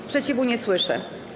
Sprzeciwu nie słyszę.